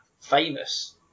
famous